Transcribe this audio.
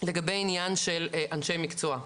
לגבי עניין של אנשי מקצוע,